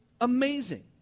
amazing